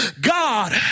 God